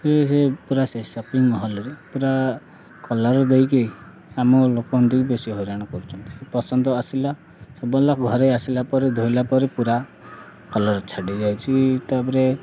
ସେ ପୁରା ସେ ସପିଙ୍ଗ ମଲ୍ରେ ପୁରା କଲର୍ ଦେଇକି ଆମ ଲୋକଙ୍କୁ ଟିକେ ବେଶୀ ହଇରାଣ କରୁଛନ୍ତି ପସନ୍ଦ ଆସିଲା ସବୁ ଘରେ ଆସିଲା ପରେ ଧୋଇଲା ପରେ ପୁରା କଲର୍ ଛାଡ଼ିଯାଇଛି ତା'ପରେ